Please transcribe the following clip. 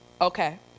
okay